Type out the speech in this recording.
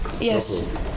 Yes